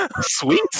Sweet